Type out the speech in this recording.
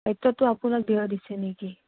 আপোনাক দিছে নেকি